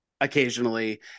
occasionally